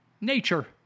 Nature